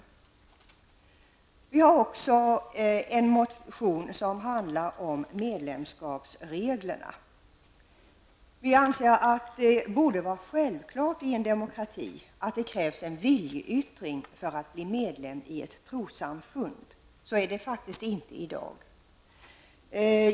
Folkpartiet har också väckt en motion som handlar om medlemskapsreglerna. Vi anser att det borde vara självklart i en demokrati att det krävs en viljeyttring för att bli medlem i ett trossamfund. Så är det faktiskt inte i dag.